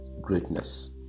greatness